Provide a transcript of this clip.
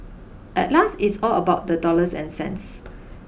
at last it's all about the dollars and cents